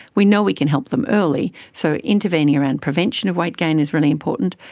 we know we can help them early. so intervening around prevention of weight gain is really important.